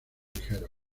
ligeros